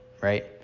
right